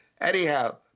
anyhow